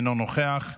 אינו נוכח,